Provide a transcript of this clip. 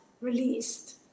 released